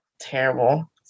Terrible